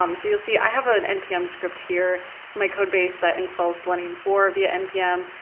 um so you'll see i have an npm script here, and my code base that installs selenium four via npm.